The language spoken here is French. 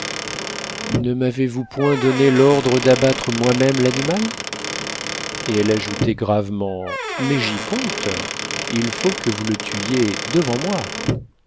ne m'avez-vous point donné l'ordre d'abattre moi-même l'animal et elle ajoutait gravement mais j'y compte il faut que vous le tuiez devant moi